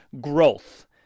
growth